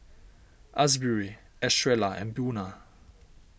Asbury Estrella and Buna